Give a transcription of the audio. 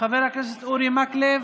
חבר הכנסת אורי מקלב,